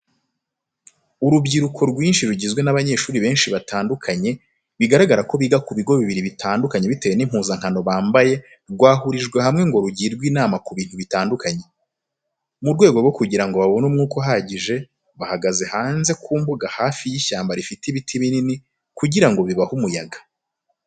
Urubyiruko rwinshi rugizwe n'abanyeshuri benshi batandukanye bigaragara ko biga ku bigo bibiri bitandukanye bitewe n'impuzankano bambaye rwahurijwe hamwe ngo rugirwe inama ku bintu bitandukanye. Mu rwego rwo kugira ngo babone umwuka uhagije, bahagaze hanze ku mbuga hafi y'ishyamba rifite ibiti binini kugira ngo bibahe umuyaga.